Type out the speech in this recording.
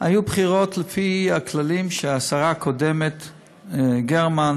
היו בחירות לפי הכללים של השרה הקודמת גרמן.